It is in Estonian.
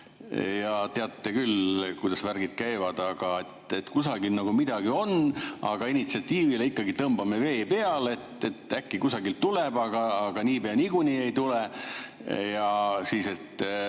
ja teate küll, kuidas värgid käivad. Aga kusagil nagu midagi on, aga initsiatiivile ikkagi tõmbame vee peale, äkki kusagilt midagi tuleb, aga niipea niikuinii ei tule. Ja [eelnõu]